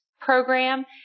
program